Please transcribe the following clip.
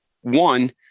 one